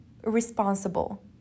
responsible